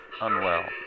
unwell